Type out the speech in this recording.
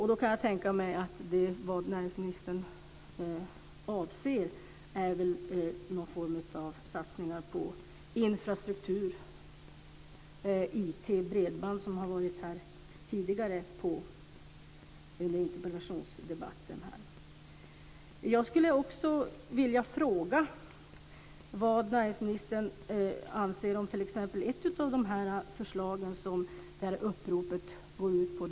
Jag kan tänka mig att näringsministern avser någon form av satsningar på infrastruktur, IT, bredband, som har nämnts tidigare här i interpellationsdebatten. Jag skulle också vilja fråga vad näringsministern anser om t.ex. ett av de förslag som uppropet går ut på.